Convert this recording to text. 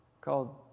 called